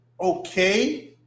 okay